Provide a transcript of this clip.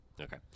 Okay